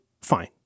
fine